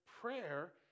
prayer